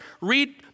Read